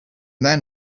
then